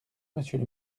monsieur